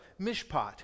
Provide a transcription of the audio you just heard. mishpat